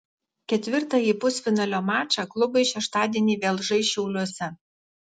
ketvirtąjį pusfinalio mačą klubai šeštadienį vėl žais šiauliuose